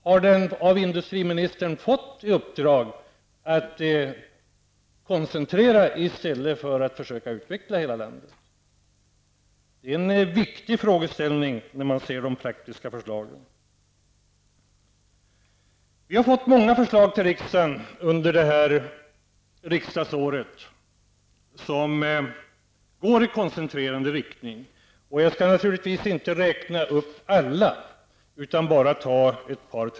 Har den av industriministern fått i uppdrag att koncentrera i stället för att försöka utveckla hela landet? Det är en viktig frågeställning när man ser de praktiska förslagen. Vi har fått många förslag till riksdagen under det här riksdagsåret som går i koncentrerande riktning. Jag skall naturligtvis inte räkna upp alla utan nöja mig med ett par.